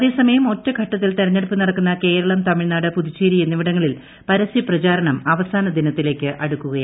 അതേ സമയും ഒറ്റഘട്ടത്തിൽ തെരഞ്ഞെടുപ്പ് നടക്കുന്ന കേരളം തമിഴ്നാട്ട് പ്രുതുച്ചേരി എന്നിവിടങ്ങളിൽ പരസ്യ പ്രചാരണം അവസാന ദിനത്തില്ലേയ്ക്ക് അടുക്കുകയാണ്